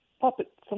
puppet